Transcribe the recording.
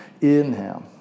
inhale